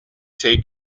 take